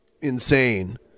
insane